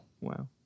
Wow